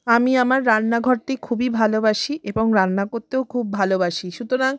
আমি আমার রান্নাঘরটি খুবই ভালোবাসি এবং রান্না করতেও খুব ভালোবাসি সুতরাং